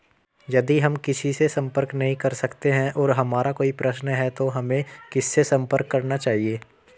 यदि हम किसी से संपर्क नहीं कर सकते हैं और हमारा कोई प्रश्न है तो हमें किससे संपर्क करना चाहिए?